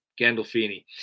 Gandolfini